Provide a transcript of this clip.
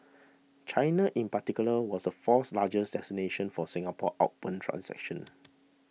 China in particular was the fourth largest destination for Singapore outbound transactions